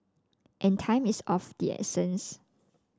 and time is of the essence